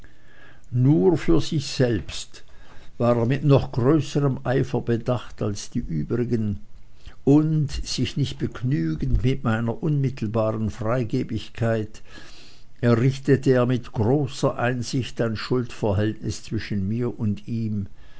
nur für sich selbst war er mit noch größerm eifer bedacht als die übrigen und sich nicht begnügend mit meiner unmittelbaren freigebigkeit errichtete er mit großer einsicht ein schuldverhältnis zwischen mir und ihm